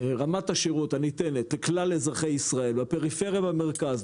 רמת השירות הניתנת לכלל אזרחי ישראל בפריפריה ובמרכז,